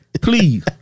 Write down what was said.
Please